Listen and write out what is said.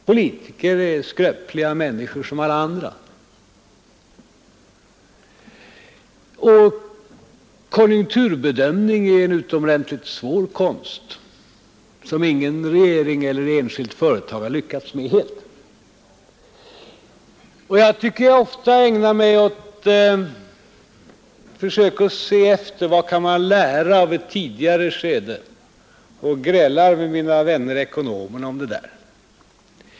Politiker är skröpliga människor som alla andra, och konjunkturbedömning är en utomordentligt svår konst, som ingen regering eller enskild företagare har lyckats med helt. Jag tycker att jag ofta ägnar mig åt försök att se efter vad man kan lära av ett tidigare skede och grälar med mina vänner ekonomerna om det.